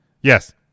Yes